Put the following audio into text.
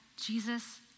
Jesus